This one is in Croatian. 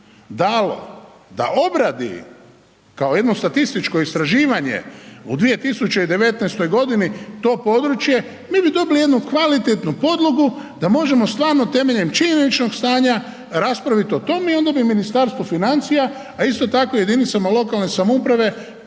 da obradi kao jedno statističko istraživanje u 2019.g. to područje, mi bi dobili jednu kvalitetnu podlogu da možemo stvarno temeljem činjeničnog stanja raspravit o tome i onda bi Ministarstvo financija, a isto tako jedinicama lokalne samouprave